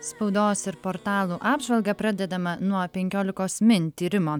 spaudos ir portalų apžvalgą pradedama nuo penkiolikos min tyrimo